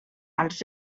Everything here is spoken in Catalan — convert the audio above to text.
als